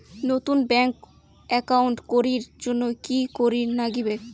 নতুন bank account করির জন্যে কি করিব নাগিবে?